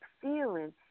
feeling